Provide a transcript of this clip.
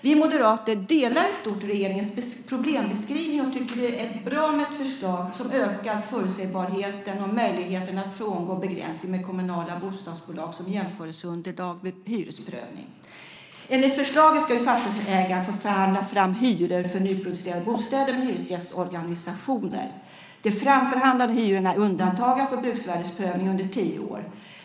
Vi moderater delar i stort regeringens problembeskrivning och tycker att det är bra med ett förslag som ökar förutsägbarheten och möjligheten att frångå begränsningen med kommunala bostadsbolag som jämförelseunderlag vid hyresprövning. Enligt förslaget ska fastighetsägaren få förhandla fram hyror för nyproducerade bostäder med hyresgästorganisationer. De framförhandlade hyrorna är undantagna från bruksvärdesprövning under tio år.